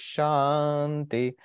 Shanti